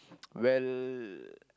well